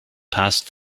passed